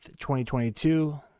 2022